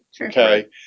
okay